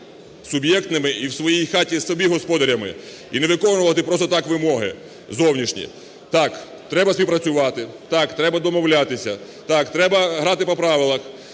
суб'єктними і в своїй хаті собі господарями, і не виконувати просто так вимоги зовнішні. Так, треба співпрацювати, так, треба домовлятися, так, треба грати по правилах,